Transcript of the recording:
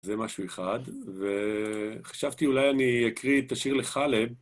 זה משהו אחד, וחשבתי אולי אני אקריא את השיר לחלב.